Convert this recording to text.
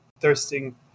thirsting